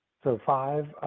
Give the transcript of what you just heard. so, five.